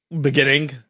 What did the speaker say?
beginning